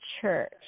church